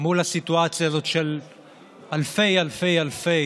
מול הסיטואציה הזאת של אלפי אלפי אלפי